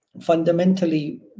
fundamentally